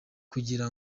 kugira